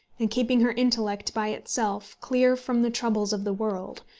and keeping her intellect by itself clear from the troubles of the world,